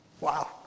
Wow